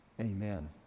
Amen